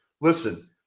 listen